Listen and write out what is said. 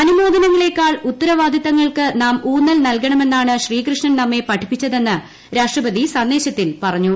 അനുമോദന ങ്ങളെക്കാൾ ഉത്തരവാദിത്തങ്ങൾക്ക് നാം ഊന്നൽ നൽകണമെന്നാണ് ശ്രീകൃഷ്ണൻ നമ്മെ പഠിപ്പിച്ചതെന്ന് രാഷ്ട്രപതി സന്ദേശത്തിൽ പറഞ്ഞു